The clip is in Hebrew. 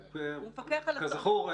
כזכור,